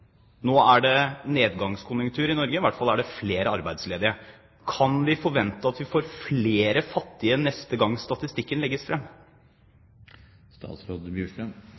Nå er det nedgangskonjunktur i Norge, i hvert fall er det flere arbeidsledige. Kan vi forvente at vi får flere fattige neste gang statistikken legges